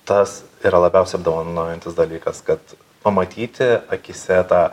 tas yra labiausiai apdovanojantis dalykas kad pamatyti akyse tą